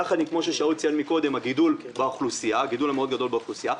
יחד כמו ששאול ציין קודם הגידול המאוד גדול באוכלוסייה,